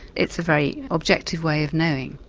it's a very objective way of knowing,